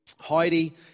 Heidi